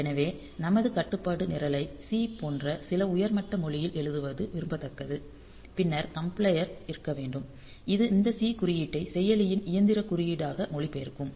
எனவே நமது கட்டுப்பாட்டு நிரலை C போன்ற சில உயர் மட்ட மொழியில் எழுதுவது விரும்பத்தக்கது பின்னர் கம்பைலர் இருக்க வேண்டும் இது இந்த C குறியீட்டை செயலியின் இயந்திர குறியீடாக மொழிபெயர்க்கும்